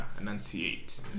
enunciate